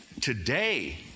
today